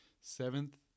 seventh